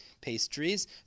pastries